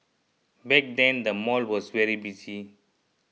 back then the mall was very busy